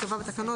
בתקנות?